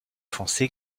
foncé